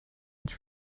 its